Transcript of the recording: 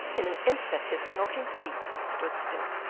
in an instant his snorting steeds stood still,